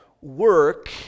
work